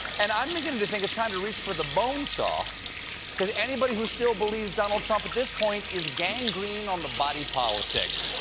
and i'm beginning to think it's time to reach for the bone saw because anybody who still believes donald trump at this point is gangrene on the body politic.